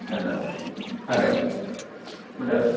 hello hello madam